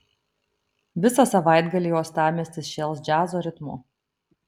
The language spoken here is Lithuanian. visą savaitgalį uostamiestis šėls džiazo ritmu